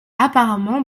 apparemment